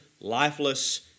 lifeless